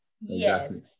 Yes